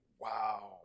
Wow